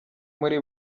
muri